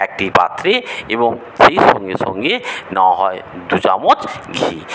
একটি পাত্রে এবং সেই সঙ্গে সঙ্গে নেওয়া হয় দু চামচ ঘি